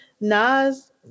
Nas